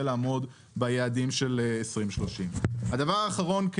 לעמוד ביעדים של 2030. הדבר האחרון,